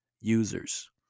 users